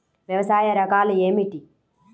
వ్యవసాయ రకాలు ఏమిటి?